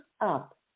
up